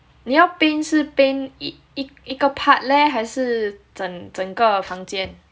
你要 paint 是 paint 一一一个 part leh 还是整整个房间